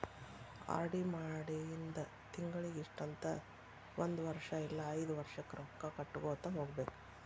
RD ಮಾಡಿಂದ ತಿಂಗಳಿಗಿ ಇಷ್ಟಂತ ಒಂದ್ ವರ್ಷ್ ಇಲ್ಲಾ ಐದ್ ವರ್ಷಕ್ಕ ರೊಕ್ಕಾ ಕಟ್ಟಗೋತ ಹೋಗ್ಬೇಕ್